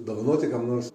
dovanoti kam nors